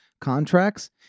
contracts